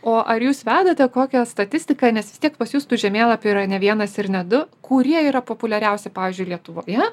o ar jūs vedate kokią statistiką nes vis tiek pas jus tų žemėlapių yra ne vienas ir ne du kurie yra populiariausi pavyžiui lietuvoje